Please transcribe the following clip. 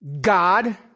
God